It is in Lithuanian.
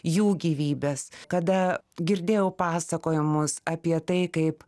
jų gyvybes kada girdėjau pasakojimus apie tai kaip